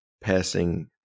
passing